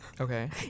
Okay